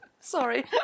Sorry